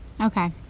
Okay